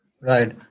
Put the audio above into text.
Right